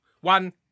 one